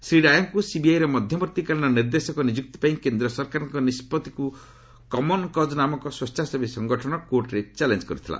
ଶ୍ରୀ ରାଓଙ୍କୁ ସିବିଆଇର ମଧ୍ୟବର୍ତ୍ତୀକାଳୀନ ନିର୍ଦ୍ଦେଶକ ନିଯୁକ୍ତି ପାଇଁ କେନ୍ଦ୍ର ସରକାରଙ୍କ ନିଷ୍ପଭିକୁ କମନ କଜ୍ ନାମକ ସ୍ପେଚ୍ଛାସେବୀ ସଂଗଠନ କୋର୍ଟରେ ଚାଲେଞ୍ଜ କରିଥିଲେ